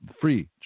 free